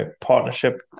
partnership